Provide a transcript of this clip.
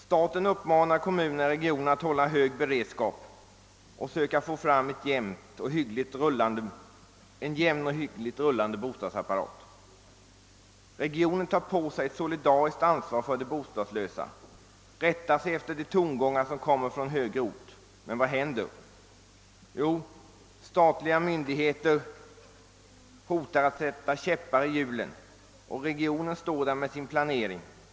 Staten uppmanar kommunerna i regionen att hålla hög beredskap och att försöka få fram en jämnt och hyggligt fungerande bostadsapparat. Regionen tar också solidariskt på sig ansvaret för de bostadslösa och rättar sig efter tongångarna från högre ort. Men vad händer? Jo, statliga myndigheter hotar att sätta käppar i hjulet, och regionen står där med sin planering.